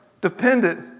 dependent